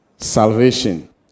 Salvation